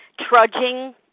Trudging